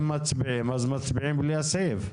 אם מצביעים אז מצביעים בלי הסעיף.